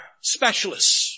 specialists